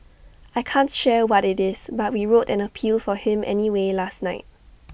I can't share what IT is but we wrote an appeal for him anyway last night